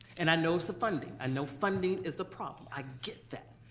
and i know it's the funding. i know funding is the problem, i get that.